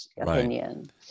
opinion